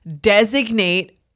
designate